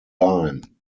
line